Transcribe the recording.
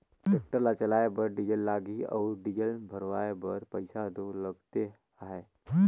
tractor ल चलाए बर डीजल लगही अउ डीजल भराए बर पइसा दो लगते अहे